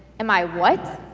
am i what?